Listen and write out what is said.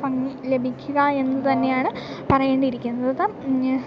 ഭംഗി ലഭിക്കുക എന്നു തന്നെയാണ് പറയേണ്ടിയിരിക്കുന്നത്